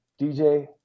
DJ